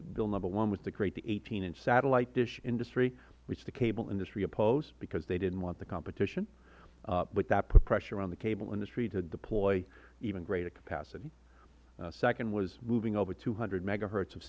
bill number one was to create an eighteen inch satellite dish industry which the cable industry opposed because they didn't want the competition but that put pressure on the cable industry to deploy even greater capacity second was moving over two hundred megahertz of